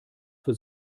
für